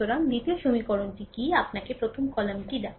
সুতরাং দ্বিতীয় সমীকরণটি কি আপনাকে প্রথম কলামটি ডাকে